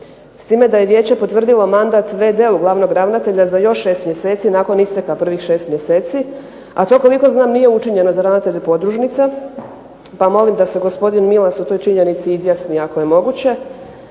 S time da je vijeće potvrdilo mandat VD glavnog ravnatelja za još 6 mjeseci nakon isteka prvih 6 mjeseci. A to koliko znam nije učinjeno za ravnatelja podružnice, pa molim da se gospodin Milas o toj činjenici izjasni ako je moguće.